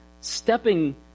stepping